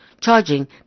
charging